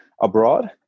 abroad